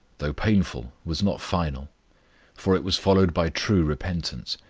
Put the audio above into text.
though painful, was not final for it was followed by true repentance.